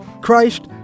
Christ